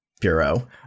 Bureau